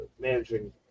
managing